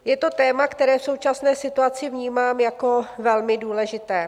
Je to téma, které v současné situaci vnímám jako velmi důležité.